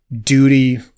duty